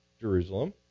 Jerusalem